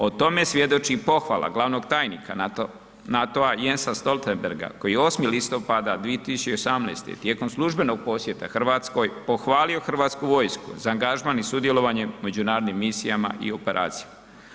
O tome svjedoči i pohvala glavnog tajnika NATO-a Jensa Stoltenberga koji je 8. listopada 2018. tijekom službenog posjeta Hrvatskoj pohvalio Hrvatsku vojsku za angažman i sudjelovanje u međunarodnim misijama i operacijama.